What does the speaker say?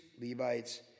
Levites